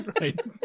right